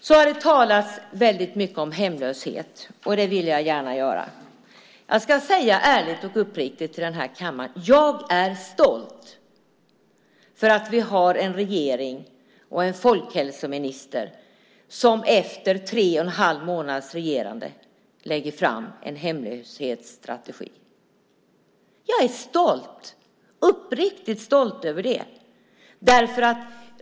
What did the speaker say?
Det har talats väldigt mycket om hemlöshet, och det vill jag gärna göra också. Jag ska säga ärligt och uppriktigt i den här kammaren: Jag är stolt för att vi har en regering och en folkhälsominister som efter tre och en halv månads regerande lägger fram en hemlöshetsstrategi. Jag är stolt - uppriktigt stolt - över det!